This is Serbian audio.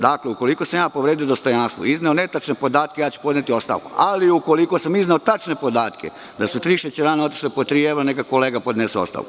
Dakle, ukoliko sam povredio dostojanstvo i izneo netačne podatke, ja ću podneti ostavku, ali ukoliko sam izneo tačne podatke, da su tri šećerane otišle po tri evra, neka kolega podnese ostavku.